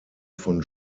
von